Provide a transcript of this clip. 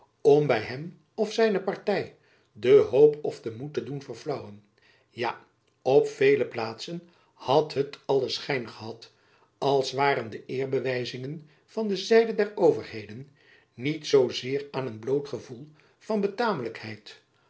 om by hem of zijne party de hoop of den moed te doen verflaauwen ja op vele plaatsen had het allen schijn gehad als waren de eer bewijzingen van de zijde der overheden jacob van lennep elizabeth musch niet zoo zeer aan een bloot gevoel van